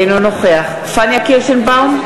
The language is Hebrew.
אינו נוכח פניה קירשנבאום,